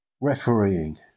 Refereeing